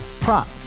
Prop